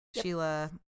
Sheila